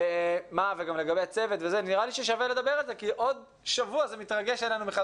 נראה לי ששווה לדבר על זה כי עוד שבוע זה שוב מתרגש עלינו.